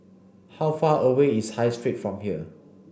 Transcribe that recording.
how far away is High Street from here